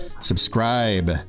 subscribe